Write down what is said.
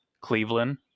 Cleveland